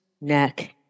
neck